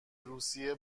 روسیه